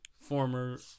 former